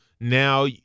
Now